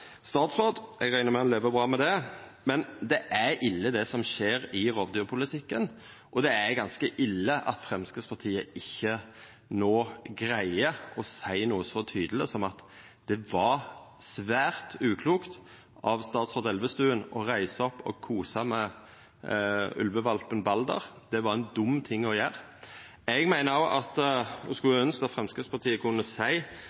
statsråd. Eg reknar med at han lever bra med det. Men det er ille, det som skjer i rovdyrpolitikken, og det er ganske ille at Framstegspartiet no ikkje greier å seia tydeleg at det var svært uklokt av statsråd Elvestuen å reisa opp og kosa med ulvevalpen Balder. Det var ein dum ting å gjera. Eg meiner – og eg skulle ønskja Framstegspartiet kunne seia det – at